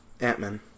Ant-Man